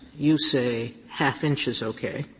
you say half-inch is okay.